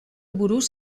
buruz